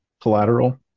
collateral